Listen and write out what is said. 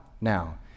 now